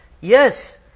Yes